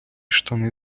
штани